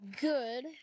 good